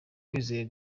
wizeye